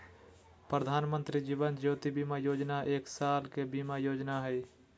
प्रधानमंत्री जीवन ज्योति बीमा योजना एक साल के बीमा योजना हइ